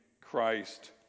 Christ